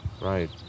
right